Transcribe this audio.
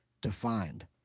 defined